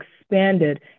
expanded